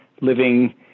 Living